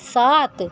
سات